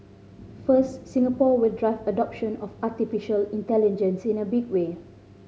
first Singapore will drive adoption of artificial intelligence in a big way